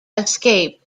escaped